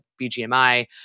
BGMI